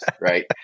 right